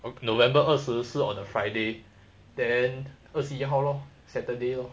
one november 二十四 on a friday then 二十一号咯 saturday lor